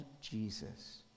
Jesus